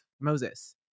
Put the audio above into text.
Moses